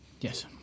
Yes